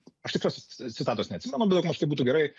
aš tikslios citatos neatsimenu bet daugmaž kaip būtų gerai